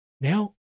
now